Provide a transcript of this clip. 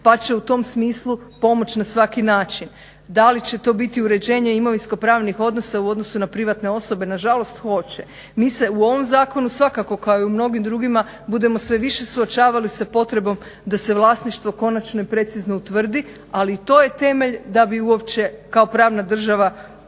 pa će u tom smislu pomoći na svaki način. Da li će to biti uređenje imovinsko-pravnih odnosa u odnosu na privatne osobe? Nažalost hoće. Mi se u ovom zakonu svakako kao i u mnogim drugima budemo sve više suočavali sa potrebom da se vlasništvo konačno i precizno utvrdi ali i to je temelj da bi uopće kao pravna država u